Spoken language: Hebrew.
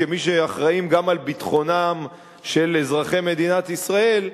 כמי שאחראים גם לביטחונם של אזרחי מדינת ישראל,